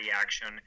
action